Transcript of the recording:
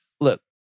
Look